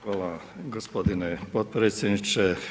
Hvala gospodine potpredsjedniče.